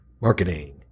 marketing